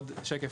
דילגת על שקף.